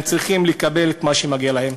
אלא הם צריכים לקבל את מה שמגיע להם.